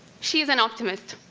she's an optimist,